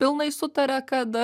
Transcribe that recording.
pilnai sutaria kad